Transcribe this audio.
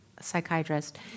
psychiatrist